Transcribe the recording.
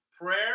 Prayer